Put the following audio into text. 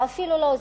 ואפילו לא אזרחי.